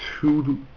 two